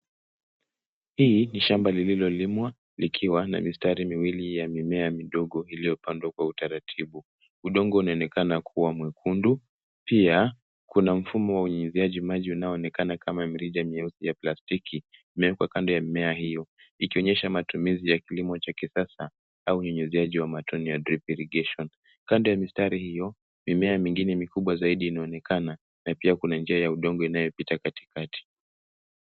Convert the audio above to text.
Hii ni shamba lililolimwa likiwa na mistari miwili ya mimea midogo iliyopangwa kwa utaratibu. Udongo unaonekana kuwa mwekundu. Pia, kuna mfumo wa unyunyuziaji maji unaoonekana kama mirija myeusi ya plastiki imewekwa kando ya mimea hiyo ikionyesha matumizi ya kilimo cha kisasa au unyunyuziaji wa matone wa drip irrigation . Kando ya mistari hiyo, mimea mingine mikubwa zaidi inaonekana na pia kuna njia ya udongo inayopita katikati.